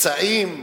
פצעים בראש,